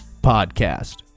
podcast